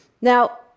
Now